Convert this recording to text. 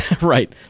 Right